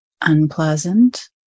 unpleasant